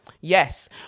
Yes